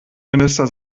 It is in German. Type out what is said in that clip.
minister